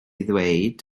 ddweud